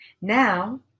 Now